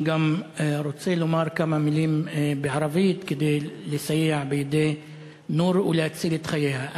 אני גם רוצה לומר כמה מילים בערבית כדי לסייע לנור ולהציל את חייה.